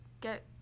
get